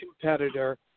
competitor